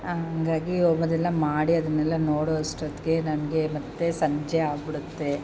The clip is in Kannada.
ಹಂಗಾಗಿ ಅವ್ಕದೆಲ್ಲ ಮಾಡಿ ಅದನ್ನೆಲ್ಲ ನೋಡೋ ಅಷ್ಟೊತ್ತಿಗೆ ನನಗೆ ಮತ್ತೆ ಸಂಜೆ ಆಗಿಬಿಡುತ್ತೆ